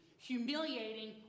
Humiliating